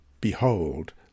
Behold